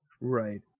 Right